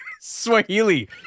Swahili